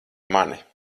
mani